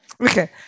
Okay